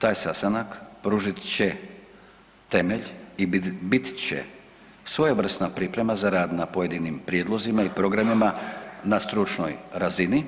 Taj sastanak pružit će temelj i bit će svojevrsna priprema za rad na pojedinim prijedlozima i programima na stručnoj razini